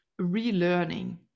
relearning